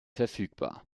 verfügbar